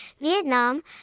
Vietnam